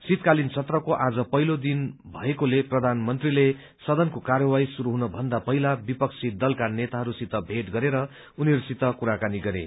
शीतकालिन सत्रको आज पहिलो दिन भएकोले प्रधानमन्त्रीले सदनको कार्यवाही शुरू हुनभन्दा पहिला विपक्षी दलका नेताहरूसित भेट गरेर उनीहरूसित कुराकानी गरे